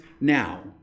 now